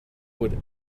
would